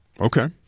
okay